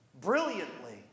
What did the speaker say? brilliantly